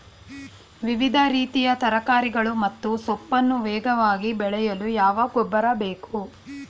ವಿವಿಧ ರೀತಿಯ ತರಕಾರಿಗಳು ಮತ್ತು ಸೊಪ್ಪನ್ನು ವೇಗವಾಗಿ ಬೆಳೆಯಲು ಯಾವ ಗೊಬ್ಬರ ಬೇಕು?